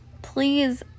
please